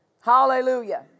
Hallelujah